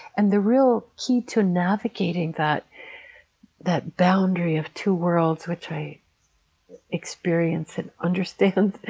and the real key to navigating that that boundary of two worlds, which i experience and understand,